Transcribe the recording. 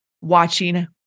watching